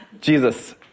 Jesus